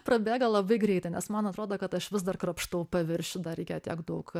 prabėgo labai greitai nes man atrodo kad aš vis dar krapštau paviršių dar reikia tiek daug